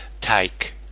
take